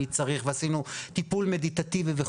אני צריך אותך.." ועשינו טיפול --- וכולי.